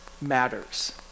matters